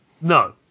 no